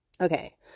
Okay